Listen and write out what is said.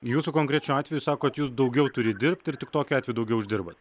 jūsų konkrečiu atveju sakot jūs daugiau turit dirbt ir tik tokiu atveju daugiau uždirbat